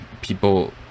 people